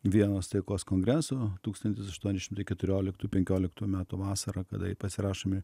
vienos taikos kongreso tūkstantis aštuoni šimtai keturioliktų penkioliktų metų vasara kada jai pasirašomi